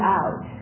out